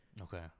Okay